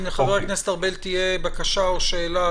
אם לחבר הכנסת ארבל תהיה בקשה או שאלה,